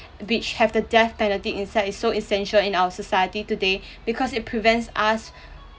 which have the death penalty inside is so essential in our society today because it prevents us